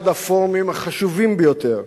אחד הפורומים החשובים ביותר,